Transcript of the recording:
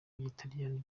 rw’ikilatini